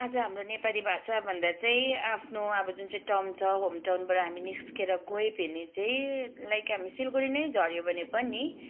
आज हाम्रो नेपाली भाषा भन्दा चाहिँ आफ्नो अब जुन चाहिँ अब टाउन छ होम टाउनबाट हामी निस्केर गयो भने चाहिँ लाइक हामी सिलगडी नै झऱ्यो भने पनि